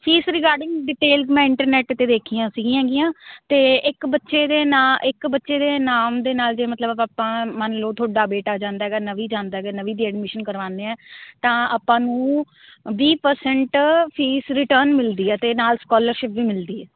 fees regarding detail ਮੈਂ internet 'ਤੇ ਦੇਖੀਆਂ ਸੀਗੀਆਂ ਹੈਗੀਆਂ ਅਤੇ ਇੱਕ ਬੱਚੇ ਦੇ ਨਾਂ ਇੱਕ ਬੱਚੇ ਦੇ ਨਾਮ ਦੇ ਨਾਲ ਜੇ ਮਤਲਬ ਆਪਾਂ ਮੰਨ ਲਓ ਤੁਹਾਡਾ ਬੇਟਾ ਜਾਂਦਾ ਹੈਗਾ ਨਵੀ ਜਾਂਦਾ ਹੈਗਾ ਨਵੀ ਦੀ ਐਡਮੀਸ਼ਨ ਕਰਵਾਉਂਦੇ ਹਾਂ ਤਾਂ ਆਪਾਂ ਨੂੰ ਵੀਹ ਪ੍ਰਸੈਂਟ ਫੀਸ ਰਿਟਰਨ ਮਿਲਦੀ ਹੈ ਅਤੇ ਨਾਲ ਸਕਾਲਰਸ਼ਿਪ ਵੀ ਮਿਲਦੀ ਹੈ